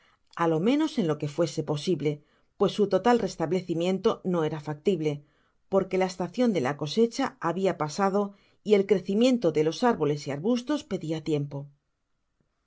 á lo menos en lo que fuese posible pues su total restablecimiento no era factible porque la estacion de la cosecha habia pasado y el crecimiento d e los árboles y arbustos pedia tiempo